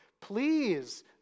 Please